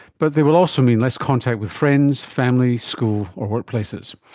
but they will also mean less contact with friends, families, school or workplaces.